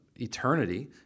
eternity